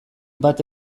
bat